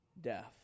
death